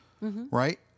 right